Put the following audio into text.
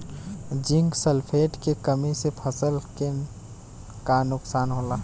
Zinc sulphate के कमी से फसल के का नुकसान होला?